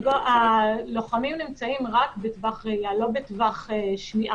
הלוחמים נמצאים רק בטווח ראייה, לא בטווח שמיעה.